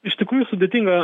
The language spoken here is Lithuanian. iš tikrųjų sudėtinga